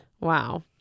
Wow